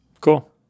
Cool